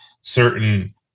certain